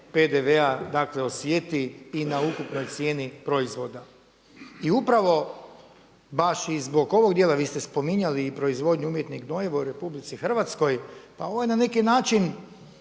PDV-a osjeti i na ukupnoj cijeni proizvoda. I upravo baš i zbog ovog dijela, vi ste spominjali i proizvodnju umjetnih gnojiva u RH, pa ovo je na neki način